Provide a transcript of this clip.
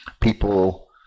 people